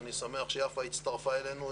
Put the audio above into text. אני שמח שיפה בן דוד הצטרפה אלינו,